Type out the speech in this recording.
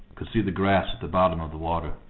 could see the grass at the bottom of the water.